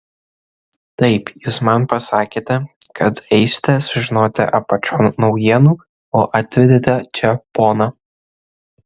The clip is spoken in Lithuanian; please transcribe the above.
taip jūs man pasakėte kad eisite sužinoti apačion naujienų o atvedėte čia poną